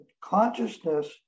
consciousness